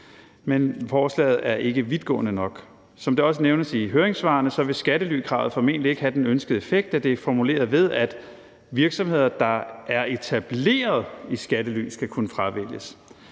men forslaget er ikke vidtgående nok. Som det også nævnes i høringssvarene, vil skattelykravet formentlig ikke have den ønskede effekt, da det er formuleret sådan, at virksomhederne, der er etableret i skattely, skal kunne fravælges.